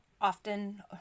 often